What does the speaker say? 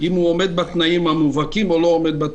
אם הוא עומד בתנאים המובהקים או לא.